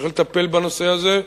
ויש לטפל בנושא הזה.